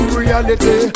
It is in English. reality